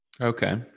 Okay